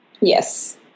Yes